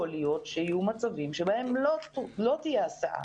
יכול להיות שיהיה מצבים שבהם לא תהיה הסעה.